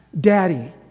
daddy